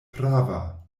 prava